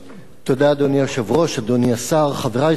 אדוני היושב-ראש, אדוני השר, חברי חברי הכנסת,